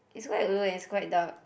is quite low and it's quite dark